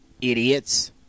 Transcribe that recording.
Idiots